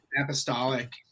apostolic